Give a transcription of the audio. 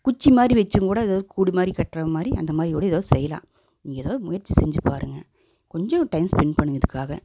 குச்சி மாதிரி வச்சியும் கூட எதாவது கூடு மாதிரி கட்டுற மாதிரி அந்த மாதிரி கூட எதாவது செய்யலாம் நீங்கள் எதாவது முயற்சி செஞ்சி பாருங்க கொஞ்சம் டைம் ஸ்பென்ட் பண்ணுங்க இதுக்காக